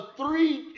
three